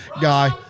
guy